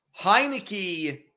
Heineke